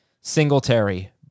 Singletary